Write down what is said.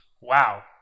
Wow